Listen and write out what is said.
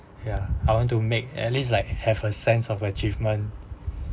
ya I want to make at least like have a sense of achievement